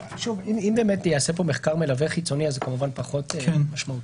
אם ייעשה פה מחקר מלווה חיצוני אז זה כמובן פחות משמעותי.